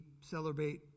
celebrate